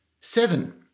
seven